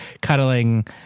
cuddling